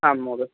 आम् महोदय